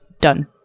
Done